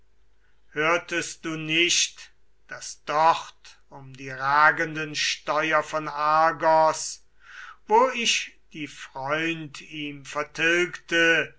hörtest du nicht daß dort um die ragenden steuer von argos wo ich die freund ihm vertilgte